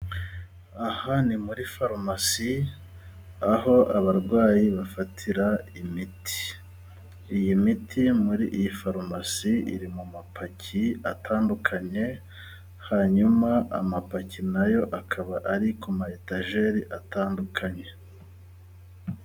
Aha ni muri farumasi, aho abarwayi bafatira imiti, iyi miti muri iyi farumasi iri mu mapaki atandukanye, hanyuma amapaki nayo akaba ari ku matageri atandukanye.